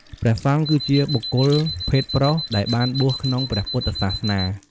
ព្រះសង្ឃ គឺជាបុគ្គលភេទប្រុសដែលបានបួសក្នុងព្រះពុទ្ធសាសនា។